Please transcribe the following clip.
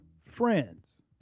Friends